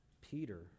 Peter